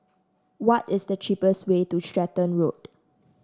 what is the cheapest way to Stratton Road